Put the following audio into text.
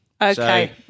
Okay